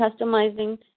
customizing